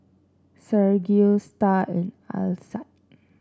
Sergio Star and Alcide